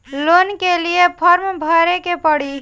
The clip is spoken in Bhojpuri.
लोन के लिए फर्म भरे के पड़ी?